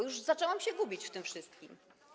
Już zaczęłam się gubić w tym wszystkim.